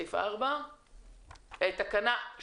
הצבעה בעד,